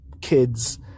kids